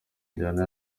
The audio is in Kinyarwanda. ijyana